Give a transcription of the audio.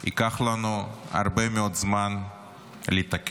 ייקח לנו הרבה מאוד זמן לתקן.